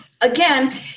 again